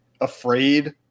afraid